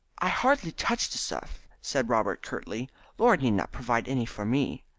i hardly touch the stuff, said robert curtly laura need not provide any for me.